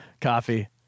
coffee